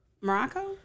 Morocco